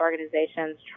organizations